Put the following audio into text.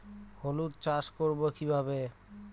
হলুদ চাষ করব কিভাবে?